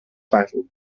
battle